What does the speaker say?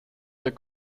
der